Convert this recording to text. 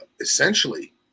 essentially